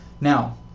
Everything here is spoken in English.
Now